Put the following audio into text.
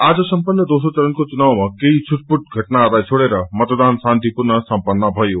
आज सम्पन्न दोस्रो चरणको चुनावमा केही छूटपूट घटनाहरूलाई छोड़ेर मतदान श्रान्तिपूर्ण सम्पन्न भयो